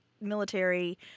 military